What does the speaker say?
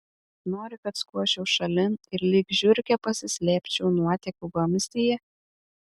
nori kad skuosčiau šalin ir lyg žiurkė pasislėpčiau nuotekų vamzdyje